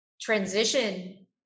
transition